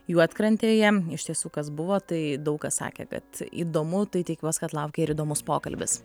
juodkrantėje iš tiesų kas buvo tai daug kas sakė kad įdomu tai tikiuos kad laukia ir įdomus pokalbis